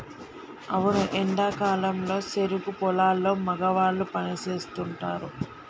అవును ఎండా కాలంలో సెరుకు పొలాల్లో మగవాళ్ళు పని సేస్తుంటారు